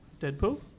Deadpool